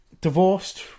divorced